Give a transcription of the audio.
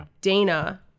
Dana